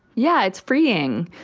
yeah, it's freeing.